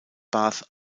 bath